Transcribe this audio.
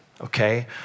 okay